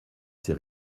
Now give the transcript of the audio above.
ces